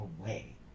away